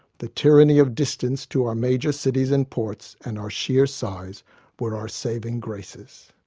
the tyranny of distance to our major cities and ports and our sheer size were our saving graces.